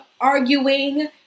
arguing